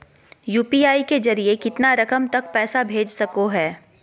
UPI के जरिए कितना रकम तक पैसा भेज सको है?